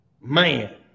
man